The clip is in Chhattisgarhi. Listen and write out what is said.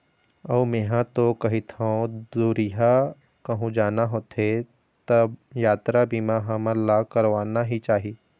अऊ मेंहा तो कहिथँव दुरिहा कहूँ जाना होथे त यातरा बीमा हमन ला करवाना ही चाही